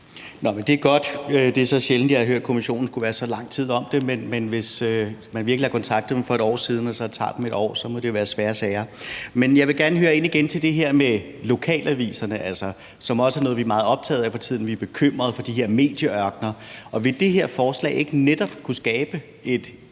sjældent, at jeg har hørt, at Kommissionen skulle være så lang tid om det. Men hvis man virkelig har kontaktet dem for et år siden og det så tager et år, så må det jo være svære sager. Men jeg vil gerne spørge ind til det her med lokalaviserne igen, som også er noget, vi er meget optaget af for tiden. Vi er bekymret for de her medieørkener. Og vil det her forslag ikke netop kunne skabe en platform